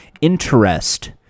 interest